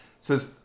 says